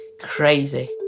crazy